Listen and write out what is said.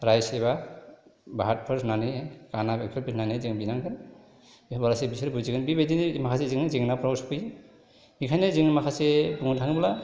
rice एबा भाटफोर होननानै खाना बेफोर होननानै जों बिनांगोन बिदिब्लासो बिसोर बुजिगोन बिबायदिनो माखासे जों जेंनाफोराव सफैयो बिखायनो जों माखासे बुंनो थाङोब्ला